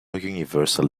universal